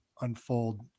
unfold